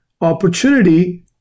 opportunity